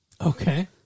Okay